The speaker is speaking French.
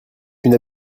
une